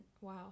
wow